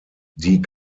die